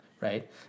right